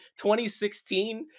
2016